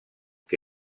que